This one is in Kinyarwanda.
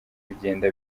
bigenda